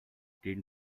gegen